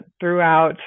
throughout